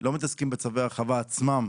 לא מתעסקים בצווי ההחרבה עצמם,